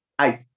Eight